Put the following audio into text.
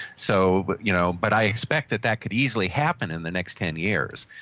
so but you know but i expect that that could easily happen in the next ten years.